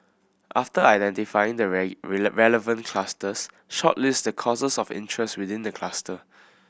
after identifying the relevant clusters shortlist the courses of interest within the cluster